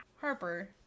Harper